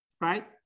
right